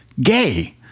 gay